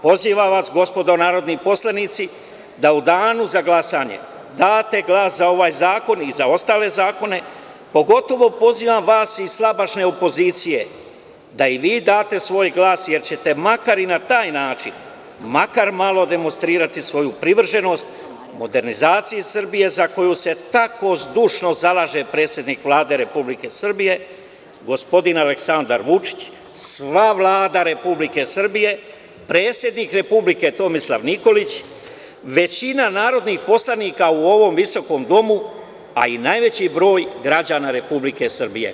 Pozivam vas, gospodo narodni poslanici, da u danu za glasanje date glas za ovaj zakon i za ostale zakone, pogotovo pozivam vas iz slabašne opozicije da i vi date svoj glas, jer ćete makar i na taj način, makar malo demonstrirati svoju privrženost modernizaciji Srbije, za koju se tako zdušno zalaže predsednik Vlade Republike Srbije gospodin Aleksandar Vučić, sva Vlada Republike Srbije, predsednik Republike, Tomislav Nikolić, većina narodnih poslanika u ovom visokom domu, a i najveći broj građana Republike Srbije.